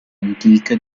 antica